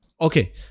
Okay